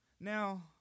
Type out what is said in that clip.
now